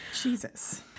Jesus